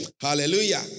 Hallelujah